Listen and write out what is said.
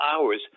hours